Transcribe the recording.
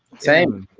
same,